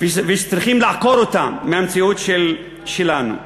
וצריכים לעקור אותה מהמציאות שלנו.